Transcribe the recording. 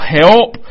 help